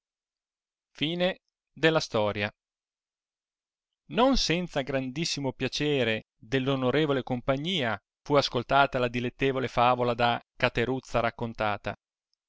ignoranza sua non senza grandissimo piacere dell onorevole compagnia fu ascoltata la dilettevole favola da cataruzza raccontata